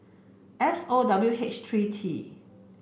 S O W H three T